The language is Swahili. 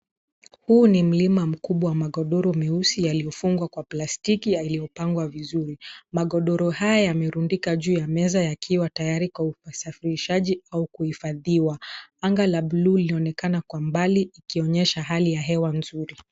Huu ni mlima mkubwa wa magodoro meusi yaliyofungwa kwa plastiki yaliyopangwa vizuri. Magodoro haya yamerundika juu ya meza yakiwa tayari kwa usafirishaji au kuhifadhiwa. Anga la buluu linaonekana kwa mbali ikionyesha hali ya hewa nzuri.